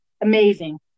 amazing